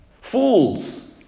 Fools